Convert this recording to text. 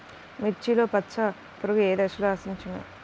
మిర్చిలో పచ్చ పురుగు ఏ దశలో ఆశించును?